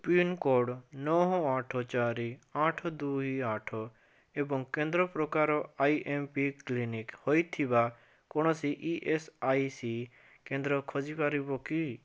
pincode ନଅ ଆଠ ଚାରି ଆଠ ଦୁଇ ଆଠ ଏବଂ କେନ୍ଦ୍ର ପ୍ରକାର ଆଇ ଏମ୍ ପି କ୍ଲିନିକ୍ ହୋଇଥିବା କୌଣସି ଇ ଏସ୍ ଆଇ ସି କେନ୍ଦ୍ର ଖୋଜିପାରିବ କି